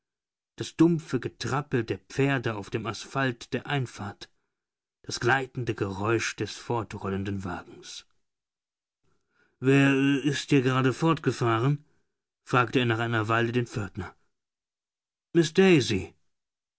das dumpfe getrappel der pferde auf dem asphalt der einfahrt das gleitende geräusch des fortrollenden wagens wer ist hier gerade fortgefahren fragte er nach einer weile den pförtner miß